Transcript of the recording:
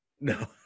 No